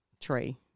tree